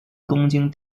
东京